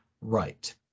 right